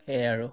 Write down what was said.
সেয়াই আৰু